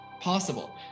possible